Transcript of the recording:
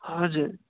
हजुर